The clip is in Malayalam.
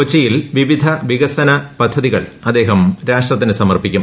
കൊച്ചിയിൽ വിവിധ വികസന പദ്ധതികൾ അദ്ദേഹം രാഷ്ട്രത്തിന് സമർപ്പിക്കും